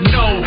no